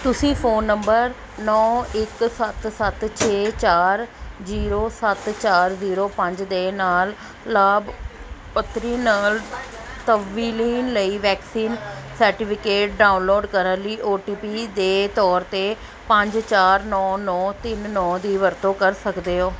ਤੁਸੀਂ phone number ਨੌਂ ਇੱਕ ਸੱਤ ਸੱਤ ਛੇ ਚਾਰ ਜ਼ੀਰੋ ਸੱਤ ਚਾਰ ਜ਼ੀਰੋ ਪੰਜ ਦੇ ਨਾਲ ਲਾਭਪਾਤਰੀ ਨਾਮ ਤਵੀਲੀਨ ਲਈ ਵੈਕਸੀਨ ਸਰਟੀਫਿਕੇਟ ਡਾਊਨਲੋਡ ਕਰਨ ਲਈ ਓ ਟੀ ਪੀ ਦੇ ਤੌਰ 'ਤੇ ਪੰਜ ਚਾਰ ਨੌਂ ਨੌਂ ਤਿੰਨ ਨੌਂ ਦੀ ਵਰਤੋਂ ਕਰ ਸਕਦੇ ਹੋ